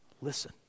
listen